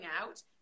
out